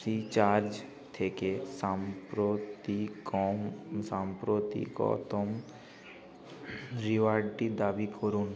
Freecharge থেকে সাম্প্রতিকম সাম্প্রতিকতম রিওয়ার্ডটি দাবি করুন